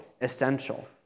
essential